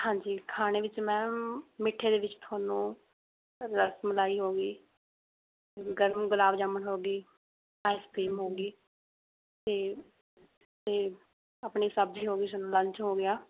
ਹਾਂਜੀ ਖਾਣੇ ਵਿੱਚ ਮੈਮ ਮਿੱਠੇ ਦੇ ਵਿੱਚ ਤੁਹਾਨੂੰ ਰਸਮਲਾਈ ਹੋ ਗਈ ਗਰਮ ਗੁਲਾਬ ਜਾਮੁਨ ਹੋ ਗਈ ਆਈਸ ਕ੍ਰੀਮ ਹੋ ਗਈ ਅਤੇ ਅਤੇ ਆਪਣੀ ਸਬਜ਼ੀ ਹੋ ਗਈ ਫਿਰ ਲੰਚ ਹੋ ਗਿਆ